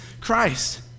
Christ